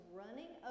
running